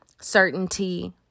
certainty